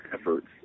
efforts